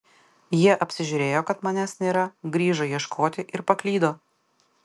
jie apsižiūrėjo kad manęs nėra grįžo ieškoti ir paklydo